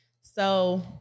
So-